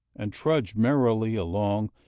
and trudge merrily along,